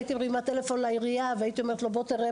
הייתי מרימה טלפון לעירייה ואומרת: ״בואו תראה